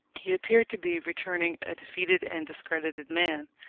he appeared to be returning a defeated and discredited man.